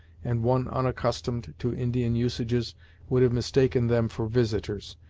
and one unaccustomed to indian usages would have mistaken them for visitors,